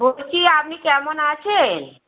বলছি আপনি কেমন আছেন